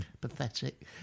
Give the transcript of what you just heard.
pathetic